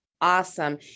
Awesome